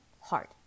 hard